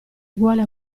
uguale